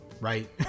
Right